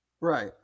right